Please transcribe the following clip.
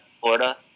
Florida